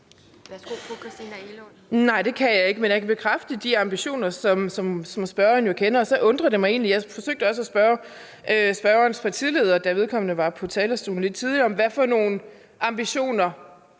Nej, det kan jeg ikke. Men jeg kan bekræfte de ambitioner, som spørgeren kender. Jeg forsøgte at spørge spørgerens partileder, da vedkommende var på talerstolen lidt tidligere, om, hvilke ambitioner